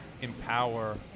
empower